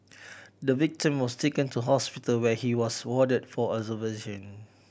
the victim was taken to hospital where he was warded for observation